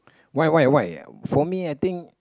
why why why for me I think